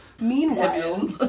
Meanwhile